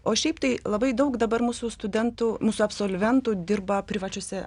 o šiaip tai labai daug dabar mūsų studentų mūsų absolventų dirba privačiose